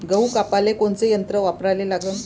गहू कापाले कोनचं यंत्र वापराले लागन?